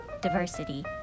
diversity